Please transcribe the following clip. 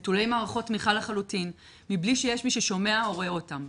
נטולי מערכות תמיכה לחלוטין מבלי שיש מי ששומע או רואה אותם,